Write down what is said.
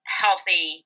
healthy